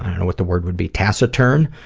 what the word would be taciturn?